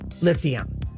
lithium